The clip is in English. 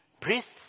priests